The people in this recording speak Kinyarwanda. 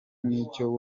nicyo